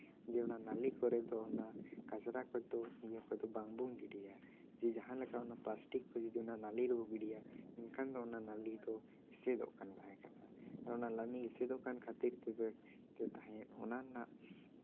ᱡᱮ ᱚᱱᱟ ᱱᱟᱹᱞᱤ ᱠᱚᱨᱮ ᱫᱚ ᱡᱮ ᱚᱱᱟ ᱠᱟᱪᱨᱟ ᱠᱚᱫᱚ ᱤᱭᱟᱹ ᱠᱚᱫᱚ ᱵᱟᱝᱵᱚᱱ ᱜᱤᱰᱤᱭᱟ ᱡᱮ ᱡᱟᱦᱟᱸ ᱞᱮᱠᱟ ᱚᱱᱟ ᱯᱞᱟᱥᱴᱤᱠ ᱠᱚ ᱡᱩᱫᱤ ᱚᱱᱟ ᱱᱟᱹᱞᱤ ᱨᱮᱵᱚ ᱜᱤᱰᱤᱭᱟ ᱮᱱᱠᱷᱟᱱ ᱫᱚ ᱚᱱᱟ ᱱᱟᱹᱞᱤ ᱫᱚ ᱮᱥᱮᱫᱚᱜ ᱠᱟᱱ ᱛᱟᱦᱮᱸ ᱠᱟᱱᱟ ᱟᱫᱚ ᱚᱱᱟ ᱱᱟᱹᱞᱤ ᱮᱥᱮᱫᱚᱜ ᱠᱟᱱ ᱠᱷᱟᱹᱛᱤᱨ ᱛᱮᱫᱚ ᱛᱟᱦᱮᱸᱫ ᱚᱱᱟ ᱨᱮᱱᱟᱜ